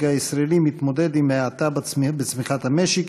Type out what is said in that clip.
הישראלי מתמודד עם האטה בצמיחת המשק,